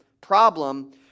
problem